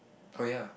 oh ya